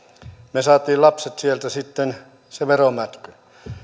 me lapset saimme sieltä sitten sen veromätkyn